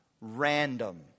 random